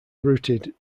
routed